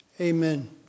amen